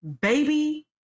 baby